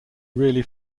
really